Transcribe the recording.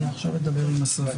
הישיבה נעולה.